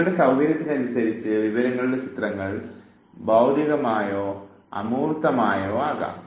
നിങ്ങളുടെ സൌകര്യത്തിനനുസരിച്ചുള്ള വിവരങ്ങളുടെ ചിത്രങ്ങൾ ഭൌതികമായതോ അമൂർത്തമോ ആകാം